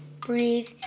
breathe